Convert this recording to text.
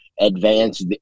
advance